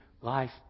life